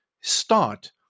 start